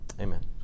Amen